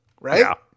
Right